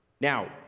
Now